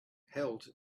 held